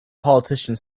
politician